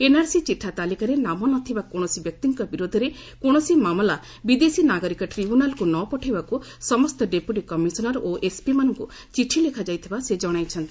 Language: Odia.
ଏନ୍ଆର୍ସି ଚିଠା ତାଲିକାରେ ନାମ ନ ଥିବା କୌଣସି ବ୍ୟକ୍ତିଙ୍କ ବିରୋଧରେ କୌଣସି ମାମଲା ବିଦେଶୀ ନାଗରିକ ଟ୍ରିବ୍ୟୁନାଲ୍କୁ ନ ପଠାଇବାକୁ ସମସ୍ତ ଡେପୁଟି କମିଶନର୍ ଓ ଏସ୍ପିମାନଙ୍କୁ ଚିଠି ଲେଖାଯାଇଥିବାର ସେ ଜଣାଇଛନ୍ତି